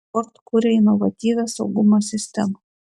ford kuria inovatyvią saugumo sistemą